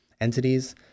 entities